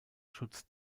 schutz